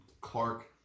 Clark